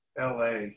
LA